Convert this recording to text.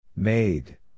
Made